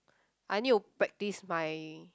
I need to practice my